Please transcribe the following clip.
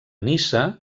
niça